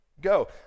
go